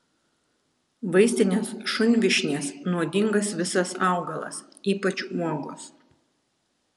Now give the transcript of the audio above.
vaistinės šunvyšnės nuodingas visas augalas ypač uogos